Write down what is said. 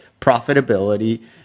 profitability